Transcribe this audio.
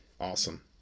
Awesome